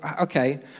okay